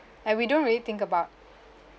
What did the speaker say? and we don't really think about